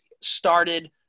started